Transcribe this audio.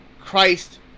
Christ